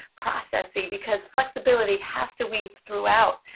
processy. because flexibility has to weave throughout.